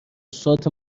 سات